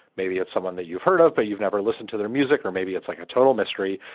maybe it's someone that you've heard of, but you've never listened to their music. or maybe it's like a total mystery.